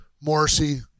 Morrissey